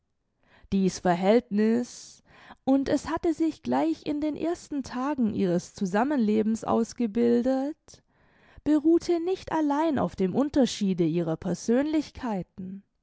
dieß verhältniß und es hatte sich gleich in den ersten tagen ihres zusammenlebens ausgebildet beruhte nicht allein auf dem unterschiede ihrer persönlichkeiten